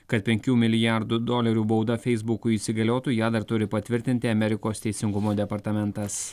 kad penkių milijardų dolerių bauda feisbukui įsigaliotų ją dar turi patvirtinti amerikos teisingumo departamentas